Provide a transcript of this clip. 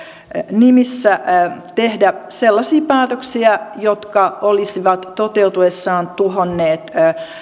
nimissä tehdä sellaisia päätöksiä jotka olisivat toteutuessaan tuhonneet